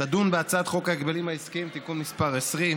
תדון בהצעת חוק ההגבלים העסקיים (תיקון מס' 20)